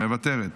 מוותרת,